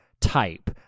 type